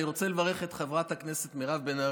אני רוצה לברך את חברת הכנסת מירב בן ארי,